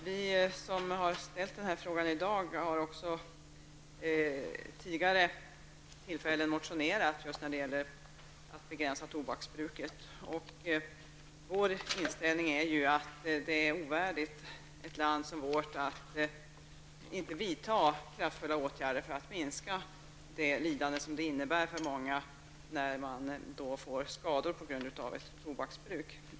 Vi som ställt den här frågan har tidigare motionerat om att begränsa tobaksbruket. Vår inställning är att det är ovärdigt ett land som vårt att inte vidta kraftfulla åtgärder för att minska det lidande som det innebär för många att få skador på grund av tobaksbruk.